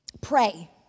Pray